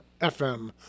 FM